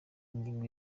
inyigo